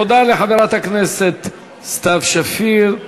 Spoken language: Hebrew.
תודה לחברת הכנסת סתיו שפיר.